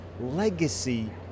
Legacy